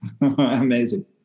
Amazing